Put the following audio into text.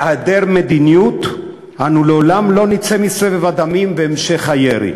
בהיעדר מדיניות אנו לעולם לא נצא מסבב הדמים והמשך הירי.